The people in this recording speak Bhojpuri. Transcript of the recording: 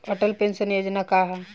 अटल पेंशन योजना का ह?